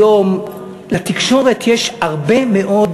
היום לתקשורת יש הרבה מאוד